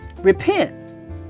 Repent